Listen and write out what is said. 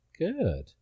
Good